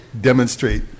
demonstrate